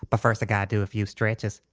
but, first i gotta do a few stretches.